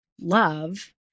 love